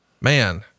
man